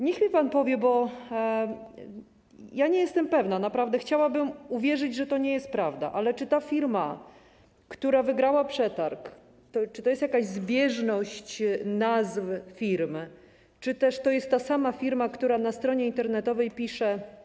Niech mi pan powie, bo nie jestem pewna - naprawdę chciałabym uwierzyć, że to nie jest prawda - czy w przypadku tej firmy, która wygrała przetarg, to jest jakaś zbieżność nazw, czy też to jest ta sama firma, która na stronie internetowej pisze: